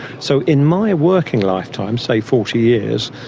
so in my working lifetime, say forty years,